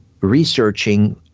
researching